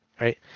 right